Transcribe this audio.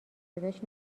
صداش